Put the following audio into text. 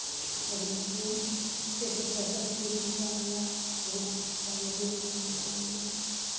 सब मूर्तियाँ जैसे सरस्वती जी का हुआ दुर्गा पूजा में दुर्गा जी का हुआ